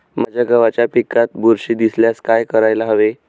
माझ्या गव्हाच्या पिकात बुरशी दिसल्यास काय करायला हवे?